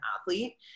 athlete